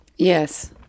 Yes